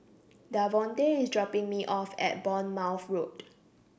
Davonte is dropping me off at Bournemouth Road